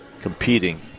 competing